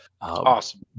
Awesome